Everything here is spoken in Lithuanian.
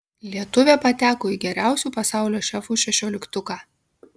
lietuvė pateko į geriausių pasaulio šefų šešioliktuką